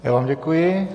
Já vám děkuji.